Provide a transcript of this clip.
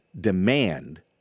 demand